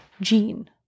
Gene